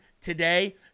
today